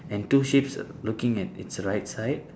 and two sheeps looking at its right side